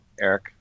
eric